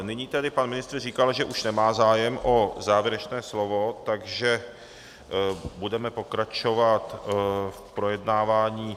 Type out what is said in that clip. Nyní tedy pan ministr říkal, že už nemá zájem o závěrečné slovo, takže budeme pokračovat v projednávání.